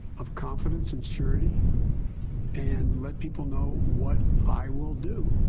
of confidence and surety and let people know what i will do.